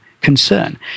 concern